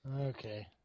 Okay